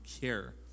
care